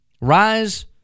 rise